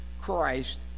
Christ